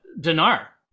Dinar